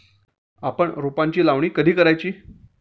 आपण रोपांची लावणी कधी करायची?